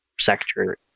sector